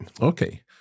Okay